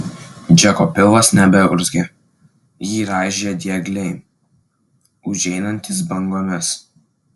džeko pilvas nebeurzgė jį raižė diegliai užeinantys bangomis